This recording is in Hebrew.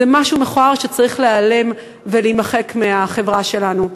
זה משהו מכוער, שצריך להיעלם ולהימחק מהחברה שלנו.